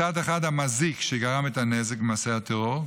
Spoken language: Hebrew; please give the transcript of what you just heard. מצד אחד המזיק שגרם את הנזק ממעשה הטרור,